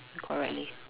correct leh